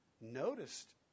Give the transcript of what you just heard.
noticed